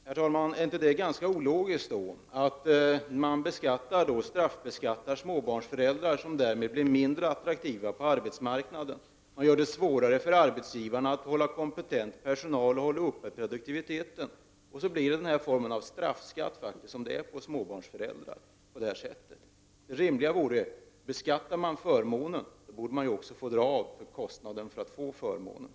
Herr talman! Är det inte ganska ologiskt att man då straffbeskattar småbarnsföräldrar som därmed blir mindre attraktiva på arbetsmarknaden? Man gör det svårare för arbetsgivarna att ha kompetent personal och hålla produktiviteten uppe. Om förmånen beskattas borde det rimliga vara att kostnaden för att man skall få förmånen får dras av.